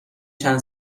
چند